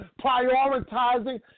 prioritizing